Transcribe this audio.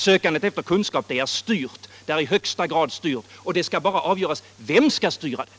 Sökandet efter kunskap är i högsta grad styrt, och det som skall avgöras är bara vem som skall styra det.